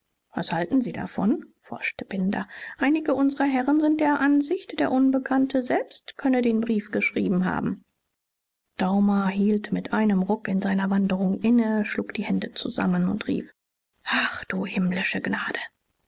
was halten sie davon forschte binder einige unsrer herren sind der ansicht der unbekannte selbst könne den brief geschrieben haben daumer hielt mit einem ruck in seiner wanderung inne schlug die hände zusammen und rief ach du himmlische gnade